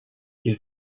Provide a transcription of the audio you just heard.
ils